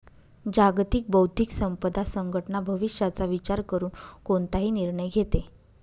जागतिक बौद्धिक संपदा संघटना भविष्याचा विचार करून कोणताही निर्णय घेते